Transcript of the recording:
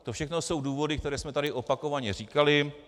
To všechno jsou důvody, které jsme tady opakovaně říkali.